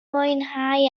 mwynhau